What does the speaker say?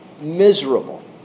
miserable